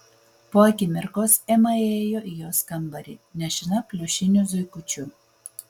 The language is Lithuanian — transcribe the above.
po akimirkos ema įėjo į jos kambarį nešina pliušiniu zuikučiu